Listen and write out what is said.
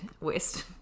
West